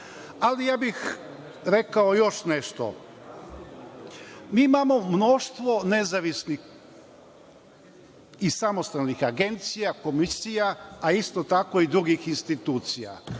ali ja bih rekao još nešto. Mi imamo mnoštvo nezavisnih i samostalnih agencija, komisija, a isto tako i drugih institucija.